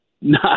No